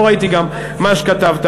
לא ראיתי גם מה שכתבת,